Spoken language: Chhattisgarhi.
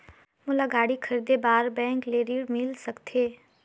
मोला गाड़ी खरीदे बार बैंक ले ऋण मिल सकथे?